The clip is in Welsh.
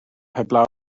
heblaw